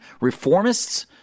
reformists